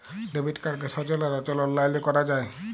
debit কাড়কে সচল আর অচল অললাইলে ক্যরা যায়